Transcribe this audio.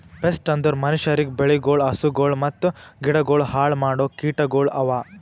pest ಅಂದುರ್ ಮನುಷ್ಯರಿಗ್, ಬೆಳಿಗೊಳ್, ಹಸುಗೊಳ್ ಮತ್ತ ಗಿಡಗೊಳ್ ಹಾಳ್ ಮಾಡೋ ಕೀಟಗೊಳ್ ಅವಾ